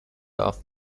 off